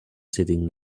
sitting